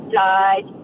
died